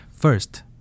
First